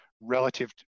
relative